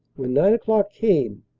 when nine o'clock came,